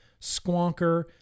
squonker